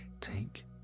take